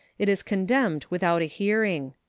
it is condemned without a hearing.